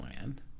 land